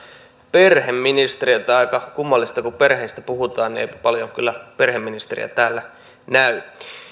perheministeri on aika kummallista että kun perheistä puhutaan niin eipä paljon kyllä perheministeriä täällä näy